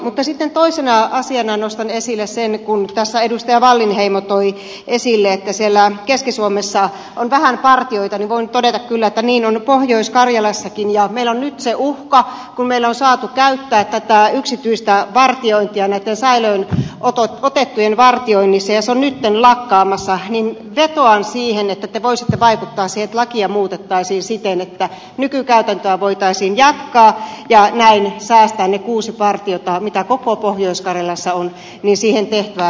mutta sitten toisena asiana nostan esille sen kun tässä edustaja wallinheimo toi esille että siellä keski suomessa on vähän partioita niin voin todeta kyllä että niin on pohjois karjalassakin ja meillä on nyt se uhka että kun meillä on saatu käyttää tätä yksityistä vartiointia näitten säilöönotettujen vartioinnissa ja se on nyt lakkaamassa niin vetoan siihen että te voisitte vaikuttaa siihen että lakia muutettaisiin siten että nykykäytäntöä voitaisiin jatkaa ja näin säästää ne kuusi partiota mitkä koko pohjois karjalassa on siihen tehtävään mikä niille kuuluu